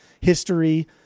history